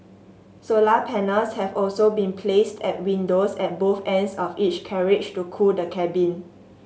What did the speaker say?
solar panels have also been placed at windows at both ends of each carriage to cool the cabin